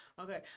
okay